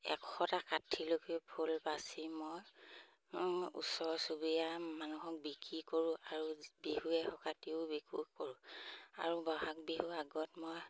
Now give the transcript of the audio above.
এশটা কাঠিলৈকে ফুল বাচি মই ওচৰ চুবুৰীয়া মানুহক বিকি কৰোঁ আৰু বিহুৱে সংক্ৰান্তিয়েও বিকি কৰোঁ আৰু বহাগ বিহু আগত মই